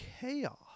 chaos